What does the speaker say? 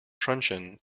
truncheon